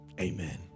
Amen